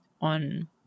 on